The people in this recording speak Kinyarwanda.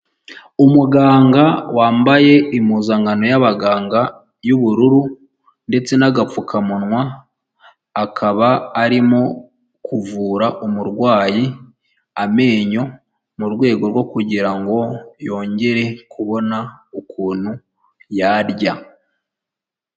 Umuganga wambaye impuzankano y'abaganga y'ubururu, ndetse n'agapfukamunwa, akaba arimo kuvura umurwayi amenyo, mu rwego rwo kugira ngo yongere kubona ukuntu yarya.